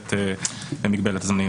במגבלת הזמנים.